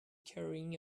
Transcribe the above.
carrying